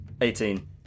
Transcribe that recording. Eighteen